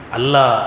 Allah